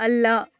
ಅಲ್ಲ